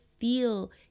feel